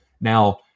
Now